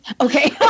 okay